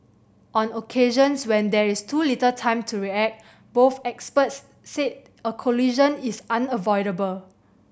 on occasions when there is too little time to react both experts said a collision is unavoidable